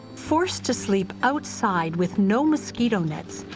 forced to sleep outside with no mosquito nets,